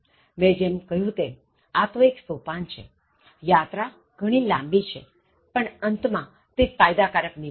મેં જેમ કહ્યું તેમ આ તો એક સોપાન છેયાત્રા ઘણી લાંબી છેપણ અંતમાં તે ફાયદાકારક નિવડશે